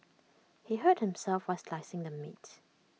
he hurt himself while slicing the meat